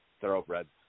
thoroughbreds